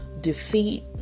defeat